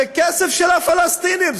זה כסף של הפלסטינים,